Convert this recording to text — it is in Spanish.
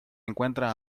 encuentra